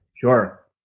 Sure